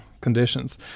conditions